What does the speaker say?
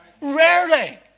Rarely